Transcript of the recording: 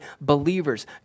believers